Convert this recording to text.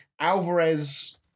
Alvarez